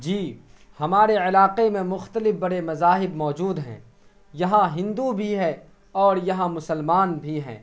جی ہمارے علاقے میں مختلف بڑے مذاہب موجود ہیں یہاں ہندو بھی ہے اور یہاں مسلمان بھی ہیں